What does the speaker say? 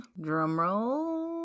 drumroll